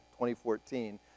2014